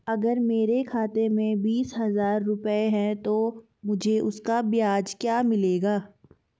अगर मेरे खाते में बीस हज़ार रुपये हैं तो मुझे उसका ब्याज क्या मिलेगा?